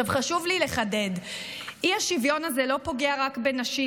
חשוב לי לחדד: האי-שוויון הזה לא פוגע רק בנשים,